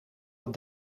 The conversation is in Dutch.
het